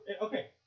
Okay